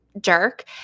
jerk